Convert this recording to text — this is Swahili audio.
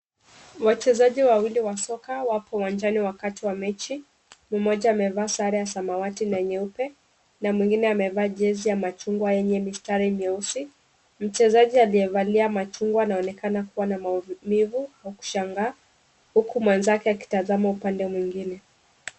Wachezaji wawili wa soka wapo uwanjani wakati wa mechi, mmoja amevaa sare ya samawati na nyeupe na mwingine amevaa jezi ya machungwa yenye mistari meusi, mchezaji aliyevalia machungwa anaonekana kuwa na maumivu na kushanga huku wenzake akitazama upande mwingine.